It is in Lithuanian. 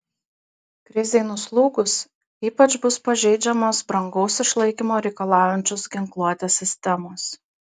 krizei nuslūgus ypač bus pažeidžiamos brangaus išlaikymo reikalaujančios ginkluotės sistemos